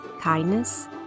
kindness